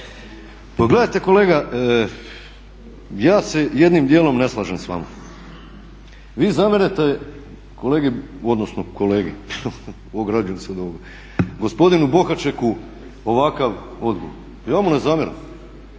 Pa gledajte kolega, ja se jednim dijelom ne slažem s vama. Vi zamjerate kolegi, kolegi ograđujem se od ovoga, gospodinu Bohačeku ovakav odgovor. Ja mu ne zamjeram.